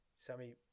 Sammy